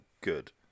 good